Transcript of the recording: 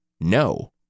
no